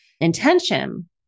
intention